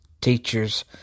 teachers